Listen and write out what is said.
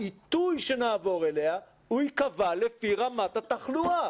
העיתוי שנעבור אליה ייקבע לפי רמת התחלואה.